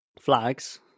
Flags